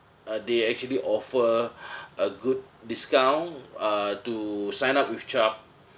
uh they actually offer a good discount uh to sign up with chubb